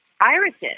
irises